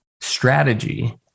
strategy